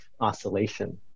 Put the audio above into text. oscillation